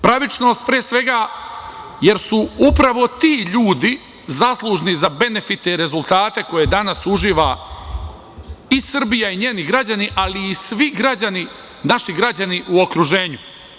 Pravičnost, pre svega, jer su upravo ti ljudi zaslužni za benefite i rezultate koje danas uživa i Srbija i njeni građani, ali i svi građani, naši građani u okruženju.